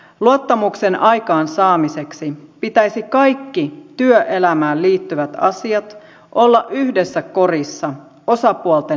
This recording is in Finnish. luottamuksen aikaansaamiseksi pitäisi kaikkien työelämään liittyvien asioiden olla yhdessä korissa osapuolten neuvoteltavissa